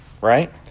Right